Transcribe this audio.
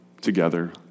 together